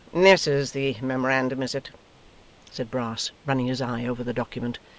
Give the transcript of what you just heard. this is the memorandum, is it said brass, running his eye over the document.